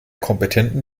kompetenten